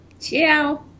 Ciao